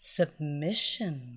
submission